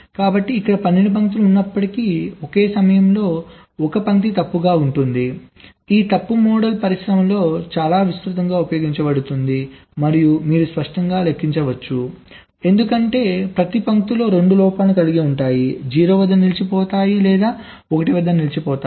కాబట్టి ఇక్కడ 12 పంక్తులు ఉన్నప్పటికీ ఒక సమయంలో 1 పంక్తి తప్పుగా ఉంటుంది ఈ తప్పు మోడల్ పరిశ్రమలో చాలా విస్తృతంగా ఉపయోగించబడుతోంది మరియు మీరు స్పష్టంగా లెక్కించవచ్చు ఎందుకంటే ప్రతి పంక్తులు 2 లోపాలను కలిగి ఉంటాయి 0 వద్ద నిలిచిపోతాయి లేదా 1 వద్ద నిలిచిపోతాయి